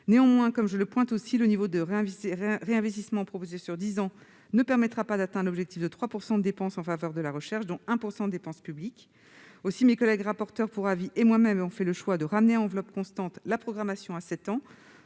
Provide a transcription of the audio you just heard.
Néanmoins, comme je le pointe également, le niveau de réinvestissement proposé sur dix ans ne permettra pas d'atteindre l'objectif de 3 % de dépenses en faveur de la recherche, dont 1 % de dépenses publiques. Avec mes collègues rapporteurs pour avis, nous avons donc fait le choix de ramener à enveloppe constante la programmation à sept ans,